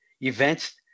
events